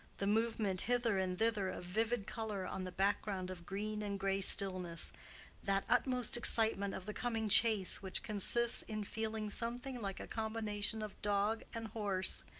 the movement hither and thither of vivid color on the background of green and gray stillness that utmost excitement of the coming chase which consists in feeling something like a combination of dog and horse,